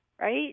right